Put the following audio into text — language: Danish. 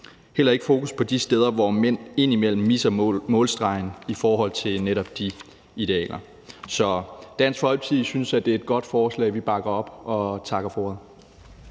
heller ikke fokus på de steder, hvor mænd indimellem misser målstregen i forhold til netop de idealer. Så Dansk Folkeparti synes, at det er et godt forslag. Vi bakker op og takker for ordet.